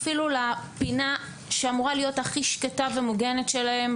אפילו לפינה שאמורה להיות הכי שקטה ומוגנת שלהם,